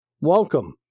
welcome